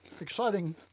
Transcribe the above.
exciting